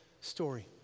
story